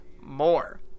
more